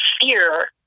Fear